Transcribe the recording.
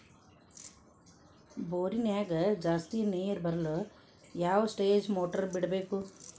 ಬೋರಿನ್ಯಾಗ ಜಾಸ್ತಿ ನೇರು ಬರಲು ಯಾವ ಸ್ಟೇಜ್ ಮೋಟಾರ್ ಬಿಡಬೇಕು?